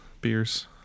beers